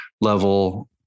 level